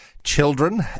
children